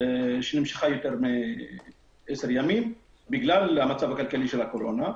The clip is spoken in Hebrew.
שנמשכה יותר מעשרה ימים בגלל המצב הכלכלי שנוצר מהקורונה.